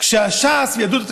כשש"ס ויהדות התורה,